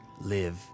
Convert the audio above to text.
live